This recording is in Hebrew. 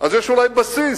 אז יש אולי בסיס